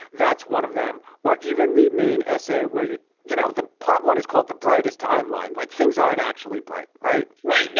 that's one of them. or even the main essay where, you you know, the part one is called the brightest timeline. like, things aren't actually bright. right right. no.